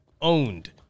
owned